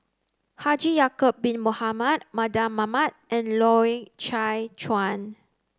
Haji Ya'acob Bin Mohamed Mardan Mamat and Loy Chye Chuan